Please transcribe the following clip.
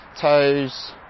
toes